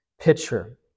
picture